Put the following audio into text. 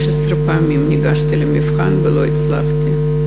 15 פעמים ניגשתי למבחן ולא הצלחתי.